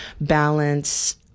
balance